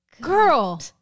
Girl